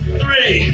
three